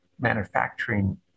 manufacturing